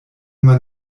man